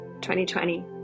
2020